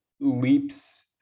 leaps